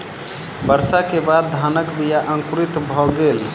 वर्षा के बाद धानक बीया अंकुरित भअ गेल